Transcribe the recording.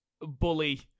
bully